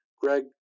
Greg